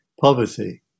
poverty